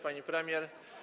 Pani Premier!